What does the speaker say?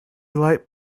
light